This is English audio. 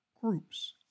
groups